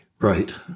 Right